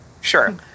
sure